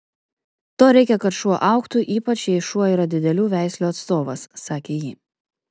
to reikia kad šuo augtų ypač jei šuo yra didelių veislių atstovas sakė ji